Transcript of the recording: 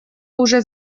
уже